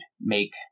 make